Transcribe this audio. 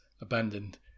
abandoned